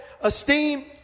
esteem